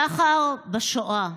סחר בשואה.